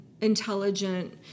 intelligent